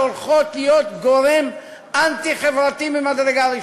שהולכות להיות גורם אנטי-חברתי ממדרגה ראשונה.